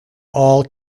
all